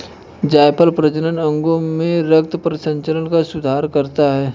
जायफल प्रजनन अंगों में रक्त परिसंचरण में सुधार करता है